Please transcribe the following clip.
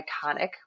iconic